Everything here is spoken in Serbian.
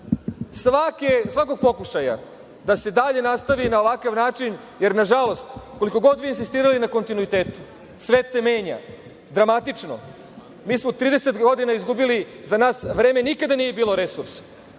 svakog pokušaja da se dalje nastavi na ovakav način, jer nažalost koliko god vi insistirali na kontinuitetu svet se menja dramatično. Mi smo 30 godina izgubili. Za nas vreme nikada nije bilo resurs. Držite